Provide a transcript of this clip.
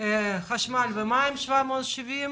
חשמל ומים-770,